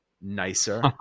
nicer